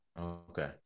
Okay